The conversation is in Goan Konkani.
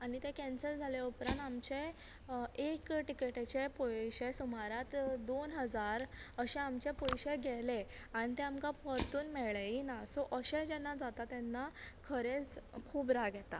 आनी तें केन्सल जालें उपरांत आमचें एक टिकेटीचे पयशे सुमारांक दोन हजार अशें आमचे पयशे गेले आनी तें आमकां परतून मेळयेले भी ना सो अशे जेन्ना जाता तेन्ना खरेंच खूब राग येता